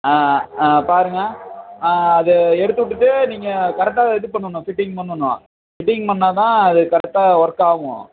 ஆ ஆ பாருங்கள் அதை எடுத்து விட்டுட்டு நீங்கள் கரெக்டாக இது பண்ணணும் ஃபிட்டிங் பண்ணணும் ஃபிட்டிங் பண்ணால் தான் அது கரெக்டாக ஒர்க் ஆகும்